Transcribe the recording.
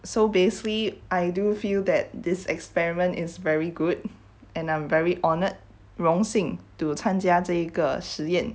so basically I do feel that this experiment is very good and I'm very honoured 荣幸 to 参加这个实验